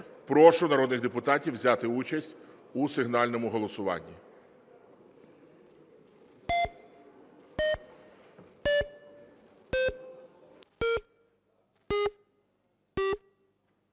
Прошу народних депутатів взяти участь у сигнальному голосуванні.